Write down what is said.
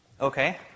Okay